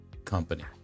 company